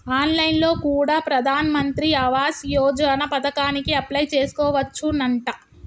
on line లో కూడా ప్రధాన్ మంత్రి ఆవాస్ యోజన పథకానికి అప్లై చేసుకోవచ్చునంట